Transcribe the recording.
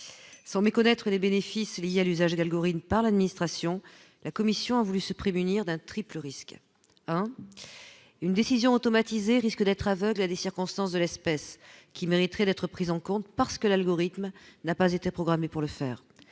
sans méconnaître les bénéfices liés à l'usage d'algorithme par l'administration, la Commission a voulu se prémunir d'un triple risque hein, une décision automatisée risquent d'être aveugle à des circonstances de l'espèce qui mériteraient d'être prises en compte, parce que l'algorithme n'a pas été programmé pour le faire,